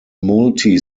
multi